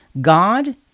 God